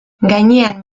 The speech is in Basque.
gainean